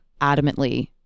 adamantly